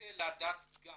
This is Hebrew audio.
נרצה לדעת גם